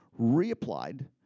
reapplied